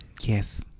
Yes